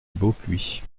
beaupuy